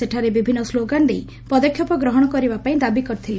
ସେଠାରେ ବିଭିନୁ ସ୍କୋଗାନ ଦେଇ ପଦକ୍ଷେପ ଗ୍ରହଣ ପାଇଁ ଦାବୀ କରିଥିଲେ